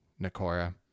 Nakora